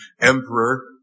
emperor